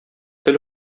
тел